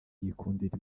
yikundira